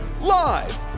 Live